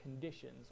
conditions